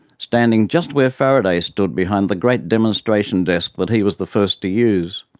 standing just where faraday stood behind the great demonstration desk that he was the first to use.